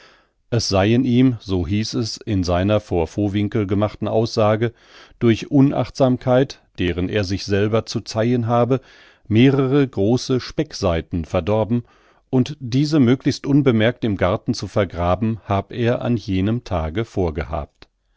es seien ihm so hieß es in seiner vor vowinkel gemachten aussage durch unachtsamkeit deren er sich selber zu zeihen habe mehrere große speckseiten verdorben und diese möglichst unbemerkt im garten zu vergraben hab er an jenem tage vorgehabt